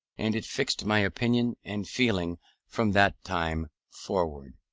and it fixed my opinion and feeling from that time forward.